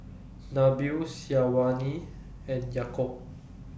Nabil Syazwani and Yaakob